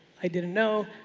i didn't know.